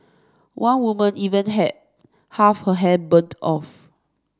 one woman even had half her hair burned off